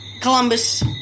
Columbus